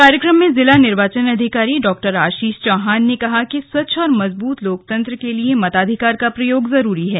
कार्यक्रम में जिला निर्वाचन अधिकारी डा आशीष चौहान ने कहा कि स्वच्छ और मजबूत लोकतंत्र के लिए मताधिकार का प्रयोग जरूरी है